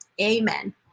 amen